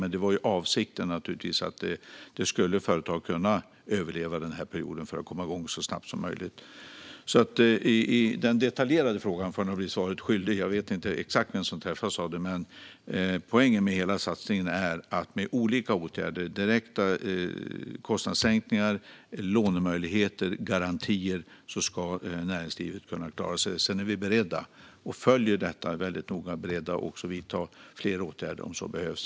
Men avsikten är att företag ska kunna överleva den här perioden för att kunna komma igång så snabbt som möjligt. När det gäller detaljerna får jag alltså bli svaret skyldig. Jag vet inte exakt vem som träffas av det. Men poängen med hela satsningen är att näringslivet med hjälp av olika åtgärder, såsom direkta kostnadssänkningar, lånemöjligheter och garantier, ska kunna klara sig. Vi är beredda att vidta fler åtgärder om det skulle behövas och följer detta väldigt noga.